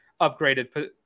upgraded